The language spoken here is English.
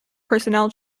personnel